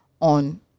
on